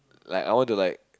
like I want to like